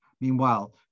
meanwhile